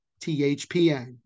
THPN